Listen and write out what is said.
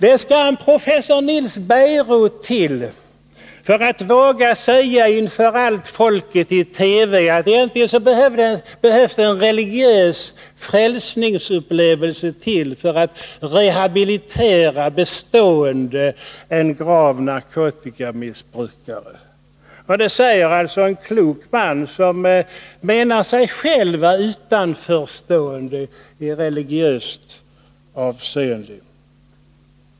Det skall en professor Nils Bejerot till för att inför allt folket i TV våga säga att det egentligen behövs en religiös frälsningsupplevelse för att en grav narkotikamissbrukare skall bli bestående rehabiliterad. Detta säger alltså en klok man, som menar sig själv vara utanförstående i religiöst avseende.